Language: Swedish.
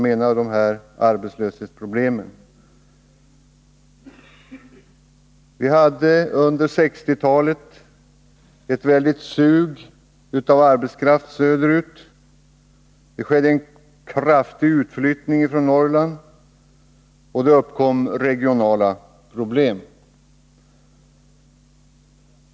Under 1960-talet var det ett stort sug av arbetskraft söderut. Det skedde en kraftig utflyttning från Norrland, och det uppkom regionala problem.